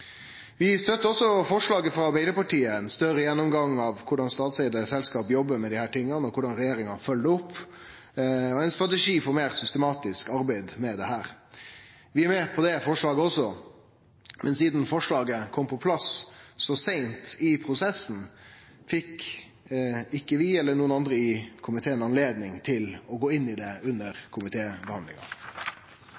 Vi støttar også forslaget frå Arbeidarpartiet om ein større gjennomgang av korleis statseigde selskap jobbar med desse tinga, korleis regjeringa følgjer det opp, og ein strategi for meir systematisk arbeid med dette. Vi er med på det forslaget også, men sidan forslaget kom på plass så seint i prosessen, fekk ikkje vi eller nokre andre i komiteen anledning til å gå inn i det under